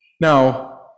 Now